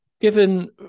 Given